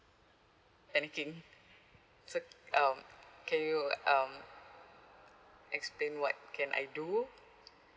panicking so um can you um explain what can I do